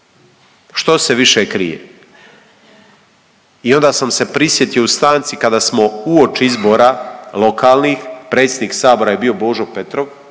Što se više krije? I onda sam se prisjetio u stanci kada smo uoči izbora lokalnih, predsjednik Sabora je bio Božo Petrov,